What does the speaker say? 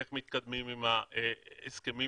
איך מתקדמים עם ההסכמים